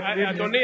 אדוני,